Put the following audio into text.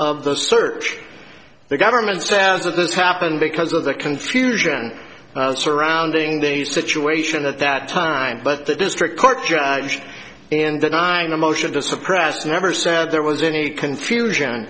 of the search the government's say as of this happened because of the confusion surrounding the situation at that time but the district court judge in denying a motion to suppress never said there was any confusion